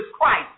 Christ